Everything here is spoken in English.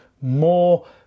more